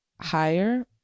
higher